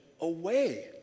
away